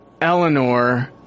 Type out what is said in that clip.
Eleanor